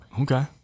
Okay